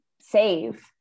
save